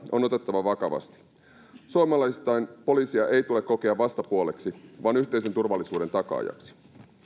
on otettava vakavasti suomalaisittain poliisia ei tule kokea vastapuoleksi vaan yhteisen turvallisuuden takaajaksi